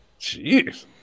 Jeez